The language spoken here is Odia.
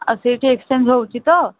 ଆଉ ସେଇଠି ଏକ୍ସ୍ଚେଞ୍ଜ୍ ହେଉଛି ତ